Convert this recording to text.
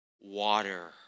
water